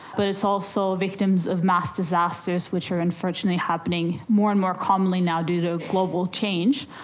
but it's also victims of mass disasters which are unfortunately happening more and more commonly now due to global change,